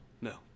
No